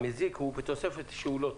המזיק זה בתוספת לכך שהוא לא טוב.